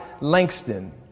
Langston